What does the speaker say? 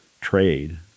trade